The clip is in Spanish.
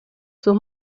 sus